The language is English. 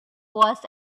was